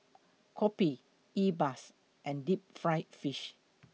Kopi E Bua and Deep Fried Fish